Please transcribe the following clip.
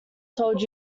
told